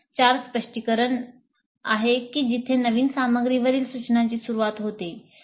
4 स्पष्टीकरण आहे की जिथे नवीन सामग्रीवरील सूचनांची सुरूवात होते